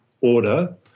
order